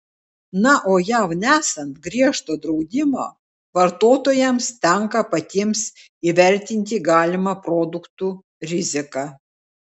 na o jav nesant griežto draudimo vartotojams tenka patiems įvertinti galimą produktų riziką